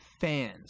fans